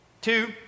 two